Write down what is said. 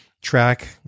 track